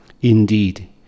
Indeed